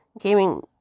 Gaming